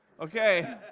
Okay